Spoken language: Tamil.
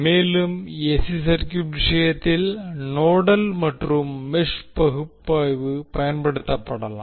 மேலும் ஏசி சர்க்யூட் விஷயத்தில் நோடல் மற்றும் மெஷ் பகுப்பாய்வு பயன்படுத்தப்படலாம்